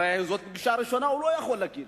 הרי זאת פגישה ראשונה, הוא לא יכול לומר לו.